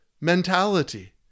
mentality